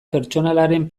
pertsonalaren